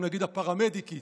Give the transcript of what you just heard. למשל, הפראמדיקית